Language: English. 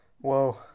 Whoa